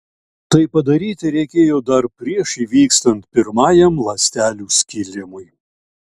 tai padaryti reikėjo dar prieš įvykstant pirmajam ląstelių skilimui